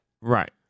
Right